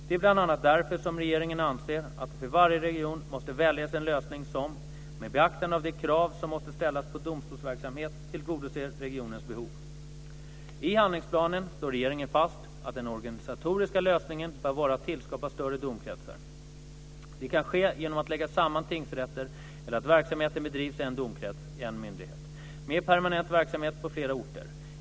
Det är bl.a. därför som regeringen anser att det för varje region måste väljas en lösning som, med beaktande av de krav som måste ställas på domstolsverksamhet, tillgodoser regionens behov. I handlingsplanen slår regeringen fast att den organisatoriska lösningen bör vara att tillskapa större domkretsar. Det kan ske genom att lägga samman tingsrätter eller att verksamheten bedrivs i en domkrets, en myndighet, med permanent verksamhet på flera orter.